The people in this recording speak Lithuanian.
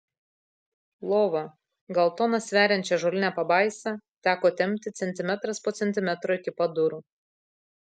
lova gal toną sveriančią ąžuolinę pabaisą teko tempti centimetras po centimetro iki pat durų